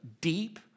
deep